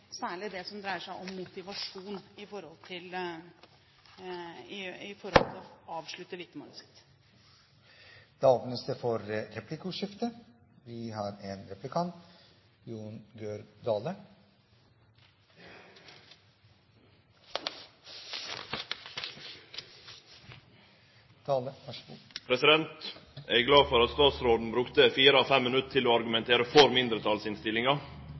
særlig på det som dreier seg om motivasjon rundt det å avslutte vitnemålet sitt. Det blir replikkordskifte. Eg er glad for at statsråden brukte fire av fem minutt til å argumentere for